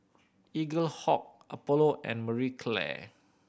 Eaglehawk Apollo and Marie Claire